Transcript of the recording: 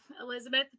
Elizabeth